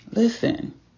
Listen